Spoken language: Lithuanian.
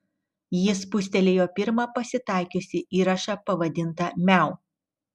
ji spustelėjo pirmą pasitaikiusį įrašą pavadintą miau